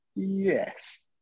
Yes